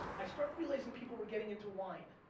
i start realizing people were getting into wine.